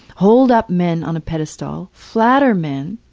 hold up men on a pedestal. flatter men.